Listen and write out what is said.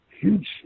huge